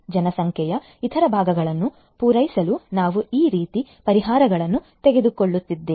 ಜನಸಂಖ್ಯೆಯ ಇತರ ಭಾಗಗಳನ್ನು ಪೂರೈಸಲು ನಾವು ಈ ರೀತಿಯ ಪರಿಹಾರಗಳನ್ನು ತೆಗೆದುಕೊಳ್ಳುತ್ತಿದ್ದೇವೆ